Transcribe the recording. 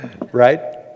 Right